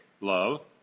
love